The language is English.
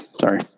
sorry